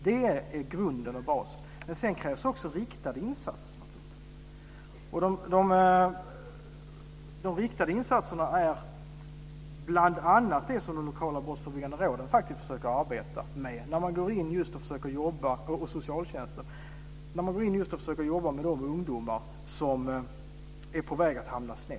Det är grunden och basen. Men sedan krävs det naturligtvis också riktade insatser. Riktade insatser försöker bl.a. de lokala brottsförebyggande råden och socialtjänsten att arbeta med när man jobbar med de ungdomar som är på väg att hamna snett.